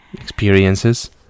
experiences